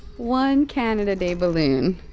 one canada day balloon.